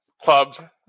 Club